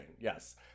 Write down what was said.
Yes